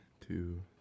two